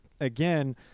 again